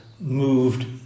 moved